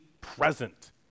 present